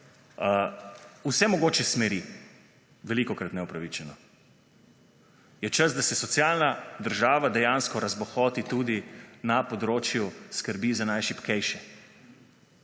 vse mogoče smeri, velikokrat neupravičeno -, da se socialna država dejansko razbohoti tudi na področju skrbi za najšibkejše.